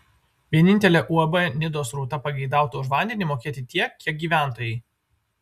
vienintelė uab nidos rūta pageidautų už vandenį mokėti tiek kiek gyventojai